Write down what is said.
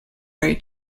way